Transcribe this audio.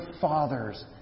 fathers